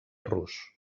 rus